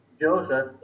Joseph